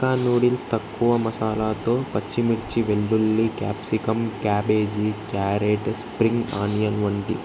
hakka noodles తక్కువ మసాలాతో పచ్చిమిర్చి వెల్లుల్లి capsicum cabbage carrot spring onion వంటి